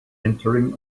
entering